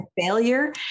failure